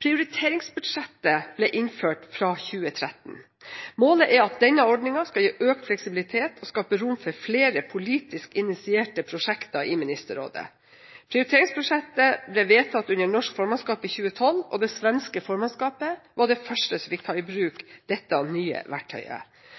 Prioriteringsbudsjettet ble innført fra 2013. Målet er at denne ordningen skal gi økt fleksibilitet og skape rom for flere politisk initierte prosjekter i Ministerrådet. Prioriteringsbudsjettet ble vedtatt under norsk formannskap i 2012, og det svenske formannskapet var det første som fikk ta i